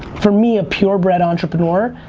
for me a pure bred entrepreneur,